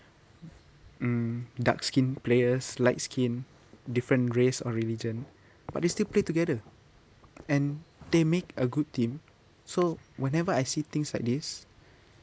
um dark-skinned players light skin different race or religion but they still play together and they make a good team so whenever I see things like this